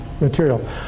material